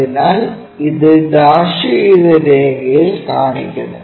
അതിനാൽ ഇത് ഡാഷ് ചെയ്ത രേഖയിൽ കാണിക്കുന്നു